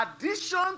addition